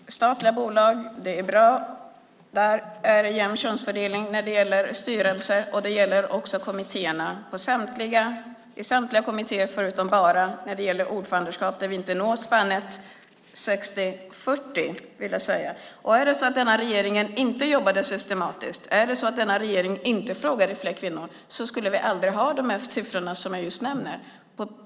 Fru talman! Det är bra i de statliga bolagen. Där är det en jämn könsfördelning i styrelserna. Det gäller också kommittéerna. Det gäller i samtliga kommittéer förutom när det gäller ordförandeskapet där vi inte når spannet 60-40. Om den här regeringen inte jobbade systematiskt och om den här regeringen inte frågade fler kvinnor skulle vi aldrig få de siffror som jag just nämner.